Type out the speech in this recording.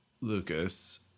Lucas